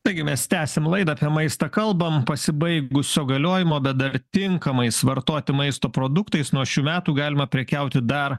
taigi mes tęsiam laidą apie maistą kalbam pasibaigusio galiojimo bet dar tinkamais vartoti maisto produktais nuo šių metų galima prekiauti dar